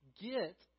get